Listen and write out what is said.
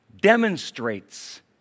demonstrates